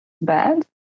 bad